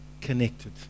connected